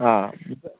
ആ ഇതിപ്പോൾ